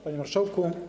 Panie Marszałku!